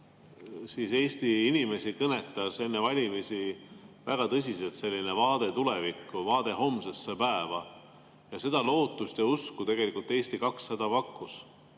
olite. Eesti inimesi kõnetas enne valimisi väga tõsiselt selline vaade tulevikku, vaade homsesse päeva, ja seda lootust ja usku pakkus Eesti 200.